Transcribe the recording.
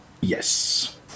Yes